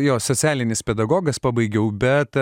jos socialinis pedagogas pabaigiau bet